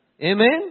Amen